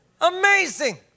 amazing